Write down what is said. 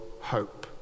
hope